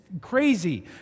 crazy